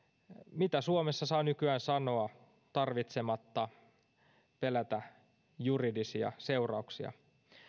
mitä suomessa saa nykyään sanoa tarvitsematta pelätä juridisia seurauksia